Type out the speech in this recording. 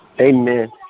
Amen